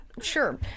sure